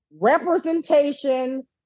representation